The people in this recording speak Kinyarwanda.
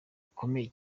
gakomeye